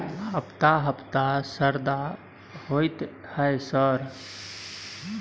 हफ्ता हफ्ता शरदा होतय है सर?